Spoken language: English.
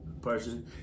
person